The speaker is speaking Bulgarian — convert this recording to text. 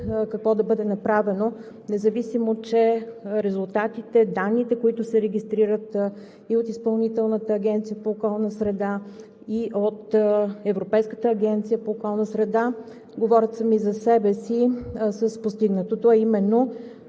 какво да бъде направено, независимо че резултатите, данните, които се регистрират и от Изпълнителната агенция по околна среда, и от Европейската агенция по околна среда говорят сами за себе си за постигнатото,